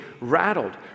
rattled